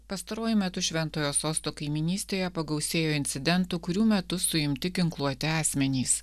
pastaruoju metu šventojo sosto kaimynystėje pagausėjo incidentų kurių metu suimti ginkluoti asmenys